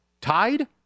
tied